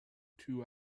two